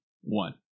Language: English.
one